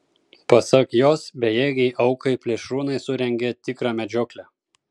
pasak jos bejėgei aukai plėšrūnai surengė tikrą medžioklę